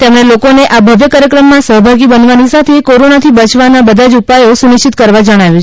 તેમણે લોકોને આ ભવ્ય કાર્યક્રમમાં સહભાગી બનવાની સાથે કોરોના થી બચાવના બધાજ ઉપાયો સુનિશ્ચિત કરવા જણાવ્યું છે